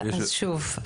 שוב,